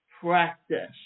practice